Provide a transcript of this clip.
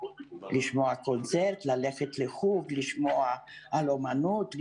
לשמוע קונצרט, ללכת לחוג, לשמוע על אמנות.